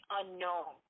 unknown